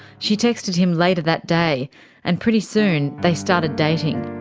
she texted him later that day and pretty soon they started dating.